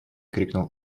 крикнул